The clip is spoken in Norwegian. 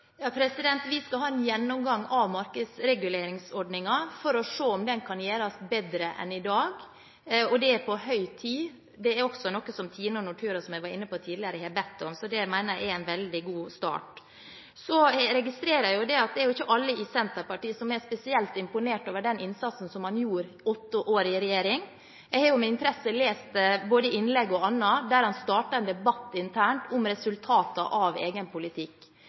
for å se om den kan gjøres bedre enn den er i dag, og det er på høy tid. Det er også noe som Tine og Nortura, som jeg var inne på tidligere, har bedt om, så det mener jeg er en veldig god start. Så registrerer jeg jo at det ikke er alle i Senterpartiet som er spesielt imponert over den innsatsen man gjorde gjennom åtte år i regjering. Jeg har jo med interesse lest både innlegg og annet, der en starter en debatt internt om resultater av egen politikk.